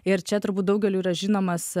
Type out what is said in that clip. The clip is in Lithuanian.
ir čia turbūt daugeliui yra žinomas